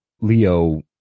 Leo